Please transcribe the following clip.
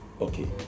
Okay